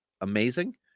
amazing